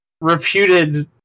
reputed